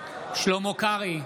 שלמה קרעי,